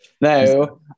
No